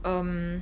um